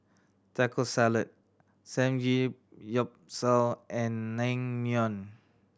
Taco Salad Samgeyopsal and Naengmyeon